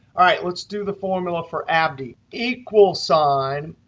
all right. let's do the formula for abdi. equal sign,